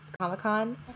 Comic-Con